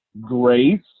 Grace